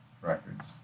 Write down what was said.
records